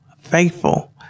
faithful